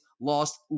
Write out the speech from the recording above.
lost